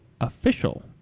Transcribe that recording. official